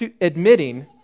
admitting